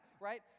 right